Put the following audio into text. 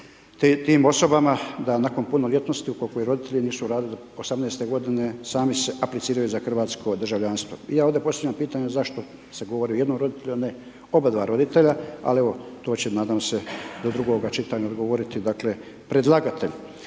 tim osobama da nakon punoljetnosti ukoliko i roditelji nisu uradili do 18 godine sami se apliciraju za hrvatsko državljanstvo. Ja ovdje postavljam pitanje zašto se govori o jednom roditelju, a ne oba dva roditelja, ali to će evo, nadam se do drugoga čitanja odgovoriti dakle, predlagatelj.